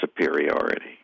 superiority